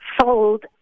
sold